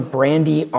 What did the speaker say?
Brandy